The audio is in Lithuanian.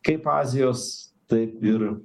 kaip azijos taip ir